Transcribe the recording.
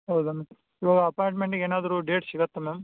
ಹೌದಾ ಮ್ಯಾಮ್ ಇವಾಗ ಅಪಾಂಯ್ಟ್ಮೆಂಟಿಗೆ ಏನಾದರು ಡೇಟ್ ಸಿಗುತ್ತಾ ಮ್ಯಾಮ್